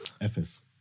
Fs